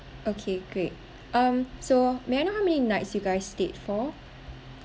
okay great um so may I know how many nights you guys stayed for